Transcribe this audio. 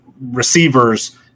receivers